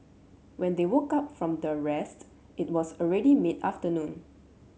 when they woke up from the rest it was already mid afternoon